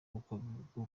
gukomereka